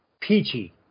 Peachy